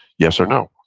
yes or no?